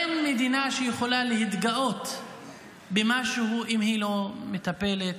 אין מדינה שיכולה להתגאות במשהו אם היא לא מטפלת,